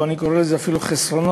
או אני קורא לזה אפילו חסרונות,